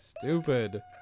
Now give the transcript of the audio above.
stupid